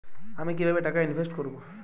আমি কিভাবে টাকা ইনভেস্ট করব?